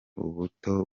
ubuto